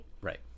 right